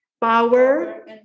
power